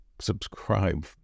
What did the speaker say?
subscribe